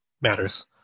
matters